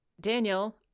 Daniel